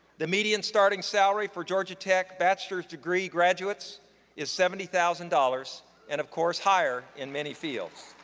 the median starting salary for georgia tech bachelor's degree graduates is seventy thousand dollars and of course, higher in many fields.